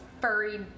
furry